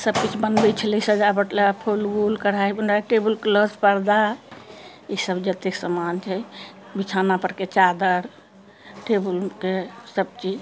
सब किछु बनबै छलय सजावट ले फूल ऊल कढ़ाई बुनाई टेबुल क्लॉथ पर्दा इसब जते समान छै बिछौना परके चादर टेबुल के सब चीज